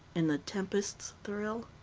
in the tempest's thrill?